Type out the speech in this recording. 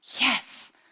yes